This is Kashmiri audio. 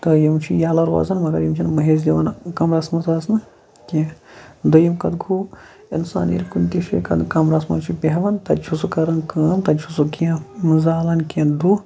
تہٕ یِم چھِ یَلہٕ روزان مَگَر یِم چھِنہٕ مٔہِس دِوان کَمرَس مَنٛز اَژنہٕ کیٚنٛہہ دوٚیِم کَتھ گوٚو اِنسان ییٚلہِ کُنہِ تہِ شٲے کَمرَس مَنٛز چھُ بیٚہوان تَتہِ چھُ سُہ کَران کٲم تَتہِ چھُ سُہ کیٚنٛہہ زالان کیٚنٛہہ دٕہ